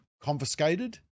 confiscated